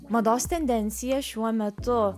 mados tendencija šiuo metu